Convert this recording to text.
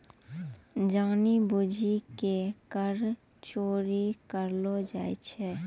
जानि बुझि के कर चोरी करलो जाय छै